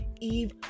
Eve